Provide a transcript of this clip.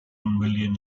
million